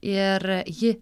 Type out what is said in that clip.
ir ji